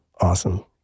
awesome